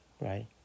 Right